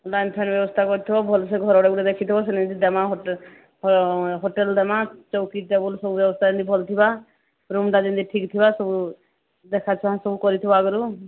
ବ୍ୟବସ୍ଥା କରିଥିବ ଭଲସେ ଘର ଗୋଟେ ଦେଖିଥିବ ସେଠି ହୋଟେଲ୍ ଦେବା କିଚେନ୍ର ସବୁ ବ୍ୟବସ୍ଥା ଯେମତି ଭଲ ଥିବ ରୁମ୍ଟା ଯେମତି ଠିକ ଥିବ ସବୁ ଦେଖାଶୁଣା ସବୁ କରିଥିବ ଆଗରୁ